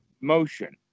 motion